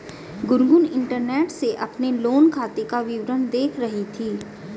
Gungun internet से अपने loan खाते का विवरण देख रही थी